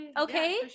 okay